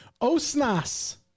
Osnas